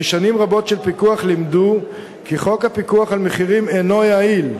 כי שנים רבות של פיקוח לימדו כי חוק הפיקוח על מחירים אינו יעיל,